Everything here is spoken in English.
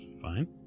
fine